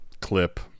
clip